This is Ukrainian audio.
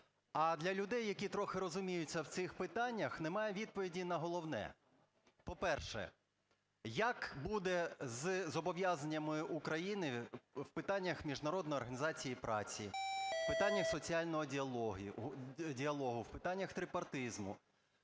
А для людей, які трохи розуміються в цих питаннях, немає відповіді на головне. По-перше, як буде із зобов'язаннями України в питаннях Міжнародної організації праці, в питаннях соціального діалогу, в питаннях трипартизму?